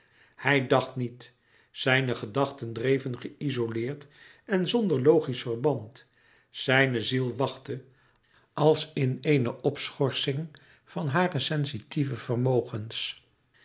hij dacht niet zijne gedachten dreven geïzoleerd en zonder logisch verband zijne ziel wachtte als in eene opschorsing van hare sensitieve vermogens